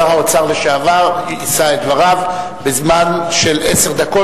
שר האוצר לשעבר יישא את דבריו בזמן של עשר דקות,